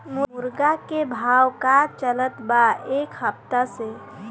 मुर्गा के भाव का चलत बा एक सप्ताह से?